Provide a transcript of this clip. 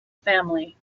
family